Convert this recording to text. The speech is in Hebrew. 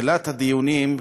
בתחילת הדיונים,